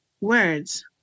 words